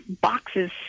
boxes